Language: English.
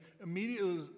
immediately